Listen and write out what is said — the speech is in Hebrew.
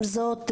עם זאת,